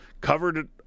covered